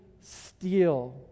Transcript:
steal